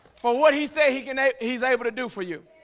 for? what'd he say? he can he's able to do for you